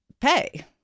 pay